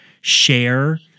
share